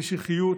משיחיות,